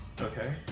Okay